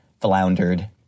floundered